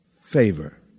favor